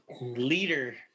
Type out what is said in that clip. leader